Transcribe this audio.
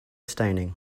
staining